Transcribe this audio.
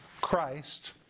Christ